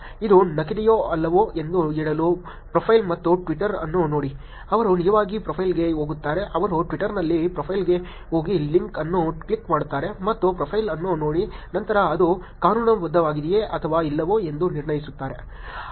ಇದು ನಕಲಿಯೋ ಅಲ್ಲವೋ ಎಂದು ಹೇಳಲು ಪ್ರೊಫೈಲ್ ಮತ್ತು ಟ್ವಿಟರ್ ಅನ್ನು ನೋಡಿ ಅವರು ನಿಜವಾಗಿ ಪ್ರೊಫೈಲ್ಗೆ ಹೋಗುತ್ತಾರೆ ಅವರು ಟ್ವಿಟರ್ನಲ್ಲಿ ಪ್ರೊಫೈಲ್ಗೆ ಹೋಗಿ ಲಿಂಕ್ ಅನ್ನು ಕ್ಲಿಕ್ ಮಾಡುತ್ತಾರೆ ಮತ್ತು ಪ್ರೊಫೈಲ್ ಅನ್ನು ನೋಡಿ ನಂತರ ಅದು ಕಾನೂನುಬದ್ಧವಾಗಿದೆಯೇ ಅಥವಾ ಇಲ್ಲವೋ ಎಂದು ನಿರ್ಣಯಿಸುತ್ತಾರೆ